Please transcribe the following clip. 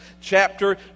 chapter